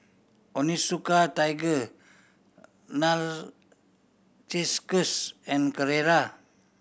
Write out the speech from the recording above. Onitsuka Tiger Narcissus and Carrera